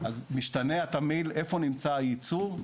אז משתנה התמהיל איפה נמצא הייצור.